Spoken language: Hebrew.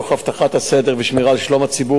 תוך הבטחת הסדר ושמירה על שלום הציבור,